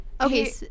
Okay